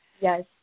Yes